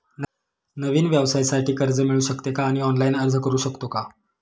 नवीन व्यवसायासाठी कर्ज मिळू शकते का आणि ऑनलाइन अर्ज करू शकतो का?